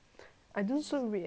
like 我